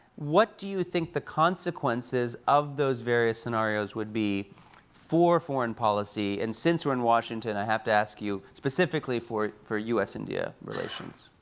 what do you think the consequences of those various scenarios would be for foreign policy? and since we're in washington, i have to ask you specifically for for us-india relations.